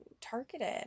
targeted